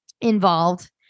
involved